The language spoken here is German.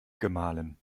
gemahlen